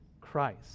Christ